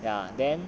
ya then